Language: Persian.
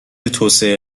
توسعه